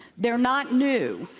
they're not new.